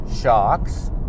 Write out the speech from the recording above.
shocks